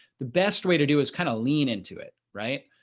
the best way to do is kind of lean into it right?